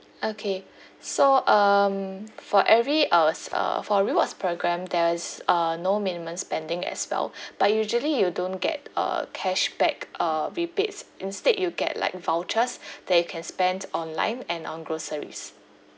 okay so um for every uh s~ uh for rewards programme there's uh no minimum spending as well but usually you don't get uh cashback uh rebates instead you get like vouchers that you can spend online and on groceries